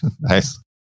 Nice